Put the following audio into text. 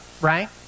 right